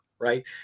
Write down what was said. Right